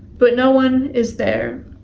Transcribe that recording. but no one is there.